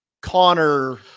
Connor